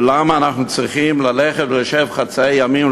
ולמה אנחנו צריכים ללכת ולשבת חצאי ימים,